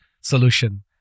solution